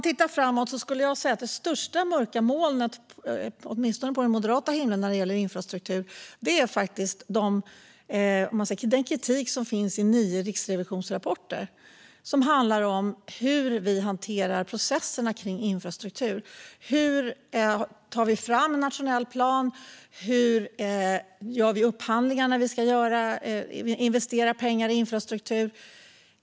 Tittar vi framåt ser jag att det största mörka molnet på den moderata infrastrukturhimlen är kritiken i de nio riksrevisionsrapporterna mot hur processerna kring infrastruktur hanteras, hur vi tar fram nationell plan och hur vi gör upphandlingar när pengar ska investeras i infrastruktur.